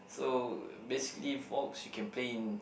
so basically Vox you can play in